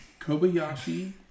Kobayashi